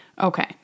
Okay